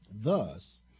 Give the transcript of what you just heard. Thus